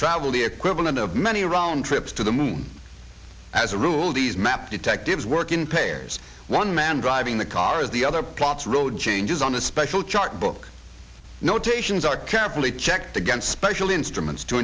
travel the equivalent of many round trips to the moon as a rule these map detectives work in players one man driving the car at the other plots road changes on a special chart book notations are carefully checked against special instruments to